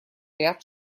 ряд